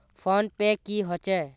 Phone पै की होचे?